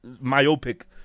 myopic